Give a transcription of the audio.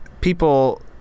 people